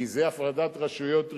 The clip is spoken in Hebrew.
כי זו הפרדת רשויות ראויה,